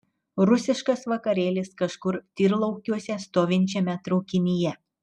rusiškas vakarėlis kažkur tyrlaukiuose stovinčiame traukinyje